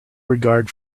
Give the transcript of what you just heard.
regard